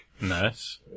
Nice